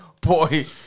Boy